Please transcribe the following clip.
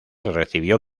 recibió